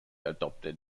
adopted